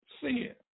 sin